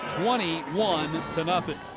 twenty one